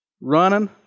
running